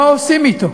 מה עושים אתו?